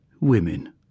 Women